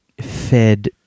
fed